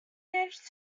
managed